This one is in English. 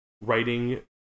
writing